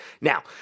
Now